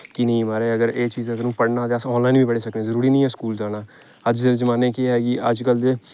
कि नेईं महाराज अगर एह् चीज अगर हून पढ़ना ते अस आनलाइन बी पढ़ी सकनें जरूरी नेईं ऐ स्कूल जाना अज्ज दे जमान्ने च केह् ऐ कि अज्जकल दे